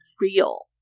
real